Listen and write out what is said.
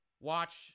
Watch